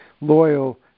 loyal